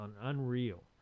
unreal